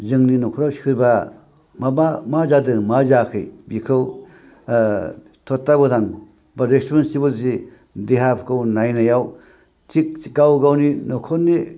जोंनि न'खराव सोरबा माबा मा जादों मा जायाखै बेखौ थदथाबदान बा रेसपनसिबिलिति जे देहाखौ नायनायाव थिग गाव गावनि न'खरनि